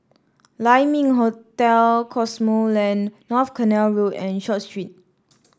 Lai Ming Hotel Cosmoland North Canal Road and Short Street